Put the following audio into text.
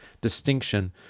distinction